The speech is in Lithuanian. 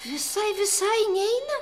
visai visai neina